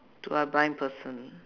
to a blind person